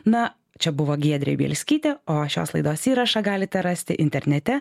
na čia buvo giedrė bielskytė o šios laidos įrašą galite rasti internete